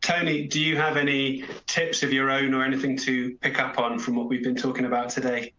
tony, do you have any tips of your own or anything to pick up on? from what we've been talking about today?